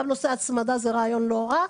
גם נושא ההצמדה זה רעיון לא רע,